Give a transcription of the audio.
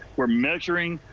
we're measuring